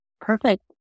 Perfect